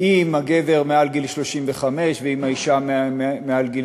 אם הגבר מעל גיל 35 ואם האישה מעל גיל